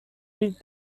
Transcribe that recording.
with